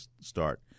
start